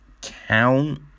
count